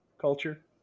culture